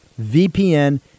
VPN